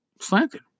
slanted